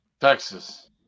Texas